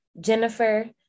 Jennifer